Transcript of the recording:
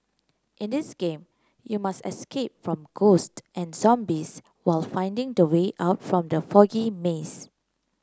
in this game you must escape from ghost and zombies while finding the way out from the foggy maze